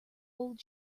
old